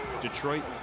Detroit